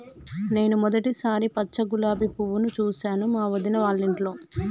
నేను మొదటిసారి పచ్చ గులాబీ పువ్వును చూసాను మా వదిన వాళ్ళింట్లో